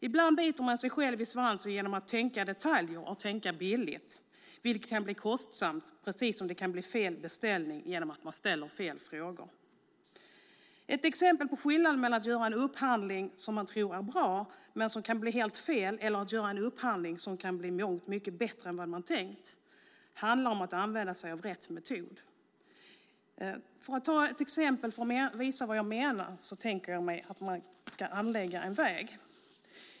Ibland biter man sig själv i svansen genom att tänka detaljer och att tänka billigt, vilket kan bli kostsamt, precis som det kan bli fel beställning genom att man ställer fel frågor. Ett exempel på skillnaden mellan att göra en upphandling som man tror är bra, men som kan bli helt fel, och att göra en upphandling som kan bli långt mycket bättre än vad man tänkt handlar om att använda sig av rätt metod. Jag vill ta ett exempel för att visa vad jag menar. Jag tänker mig att man ska anlägga en väg.